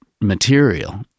material